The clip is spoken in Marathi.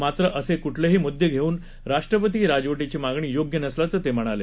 मात्र असे कुठलेही मुद्दे घेऊन राष्ट्रपती राजवटीची मागणी योग्य नसल्याचं ते म्हणाले